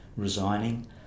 Resigning